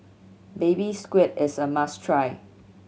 Baby Squid is a must try